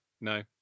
No